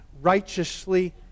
righteously